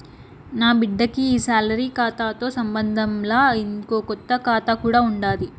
నాబిడ్డకి ఈ సాలరీ కాతాతో సంబంధంలా, ఇంకో కొత్త కాతా కూడా ఉండాది